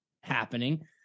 happening